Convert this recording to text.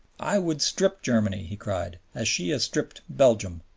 i would strip germany, he cried, as she has stripped belgium.